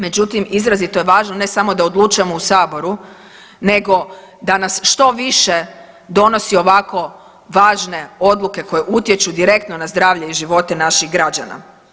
Međutim, izrazito je važno ne samo da odlučujemo u saboru, nego da nas što više donosi ovako važne odluke koje utječu direktno na zdravlje i živote naših građana.